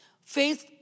faith